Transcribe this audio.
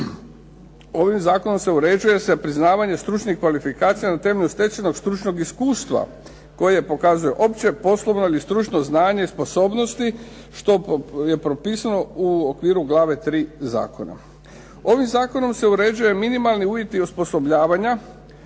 Ovim zakonom uređuje se priznavanje stručnih kvalifikacija na temelju stečenog stručnog iskustva koje pokazuje opće poslovno ili stručno znanje i sposobnosti što je propisano u okviru glave 3. zakona. Ovim zakonom se uređuju minimalni uvjeti osposobljavanja,